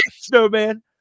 Snowman